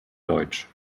deutsch